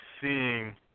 seeing